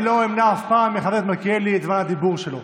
אני לא אמנע אף פעם מחבר הכנסת מלכיאלי את זמן הדיבור שלו.